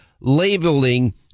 labeling